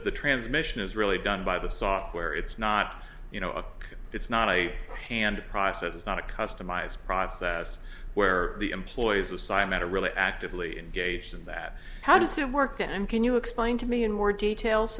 the transmission is really done by the software it's not you know a it's not a hand process it's not a customized process where the employees assign matter really actively engaged in that how does it work and can you explain to me in more detail